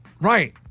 Right